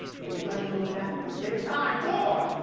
and you guys know what that means. it's time for.